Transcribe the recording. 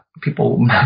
people